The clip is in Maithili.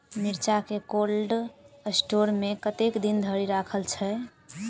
मिर्चा केँ कोल्ड स्टोर मे कतेक दिन धरि राखल छैय?